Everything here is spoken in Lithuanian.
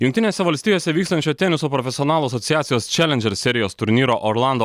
jungtinėse valstijose vykstančio teniso profesionalų asociacijos čelendžer serijos turnyro orlando